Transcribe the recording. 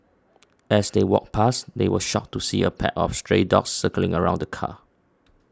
as they walked back they were shocked to see a pack of stray dogs circling around the car